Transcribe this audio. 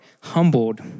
humbled